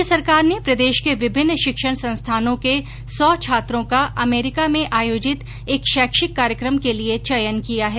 राज्य सरकार ने प्रदेश के विभिन्न शिक्षण संस्थानों के सौ छात्रों का अमेरिका में आयोजित एक शैक्षिक कार्यक्रम के लिए चयन किया है